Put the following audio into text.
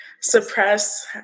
suppress